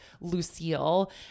Lucille